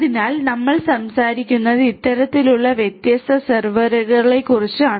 അതിനാൽ നമ്മൾ സംസാരിക്കുന്നത് ഇത്തരത്തിലുള്ള വ്യത്യസ്ത സെർവറുകളെക്കുറിച്ചാണ്